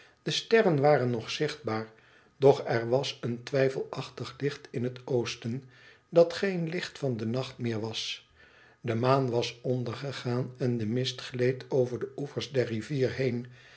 de sterren waren nog zichtbaar doch er was een twijfelachtig licht in het oosten dat geen licht van den nacht meer was de maan was ondergegaan en de mist gleed over de oevers der rivier heen